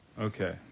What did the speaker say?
Okay